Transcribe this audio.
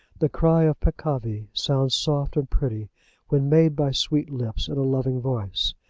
the cry of peccavi sounds soft and pretty when made by sweet lips in a loving voice.